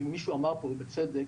ומישהו אמר פה בצדק